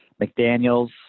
McDaniels